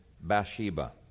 Bathsheba